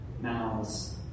mouths